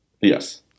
Yes